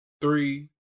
Three